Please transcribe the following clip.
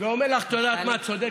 ואומר לך, את יודעת מה, את צודקת: